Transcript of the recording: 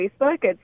Facebook